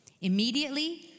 Immediately